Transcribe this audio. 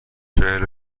چهل